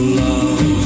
love